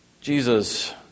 Jesus